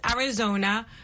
Arizona